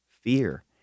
fear